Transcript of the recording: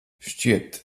šķiet